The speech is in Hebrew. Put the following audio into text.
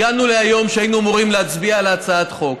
הגענו להיום שהיינו אמורים להצביע על הצעת החוק.